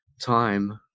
time